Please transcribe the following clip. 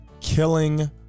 killing